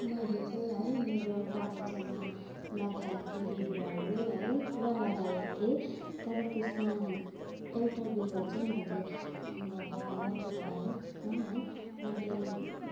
मैले चाहिँ है मेरो बगैँचामा लगाएको थिएँ बिरुवाहरू है पुरा लगाएको थिएँ तर त्यसमा एउटा बिरुवा चाहिँ मैले अन्त अब अनौठो पाएँ त्यसमा है मैले